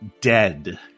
dead